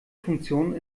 funktion